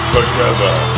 Together